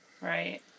Right